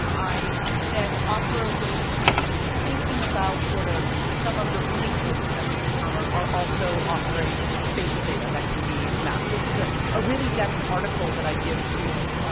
um i then offer ways in which thinking about sort of some of the reading sources that we encounter are also offering spatial data that can be mapped. this is a ah really dense article that i give students.